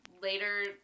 later